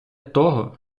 того